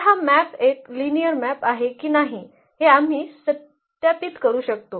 तर हा मॅप एक लिनिअर मॅप आहे की नाही हे आम्ही सत्यापित करू शकतो